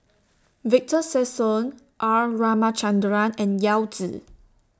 Victor Sassoon R Ramachandran and Yao Zi